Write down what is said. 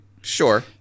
sure